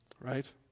right